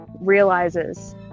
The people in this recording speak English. realizes